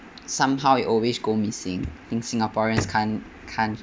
somehow it always go missing think singaporeans can't can't